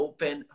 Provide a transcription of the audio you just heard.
Open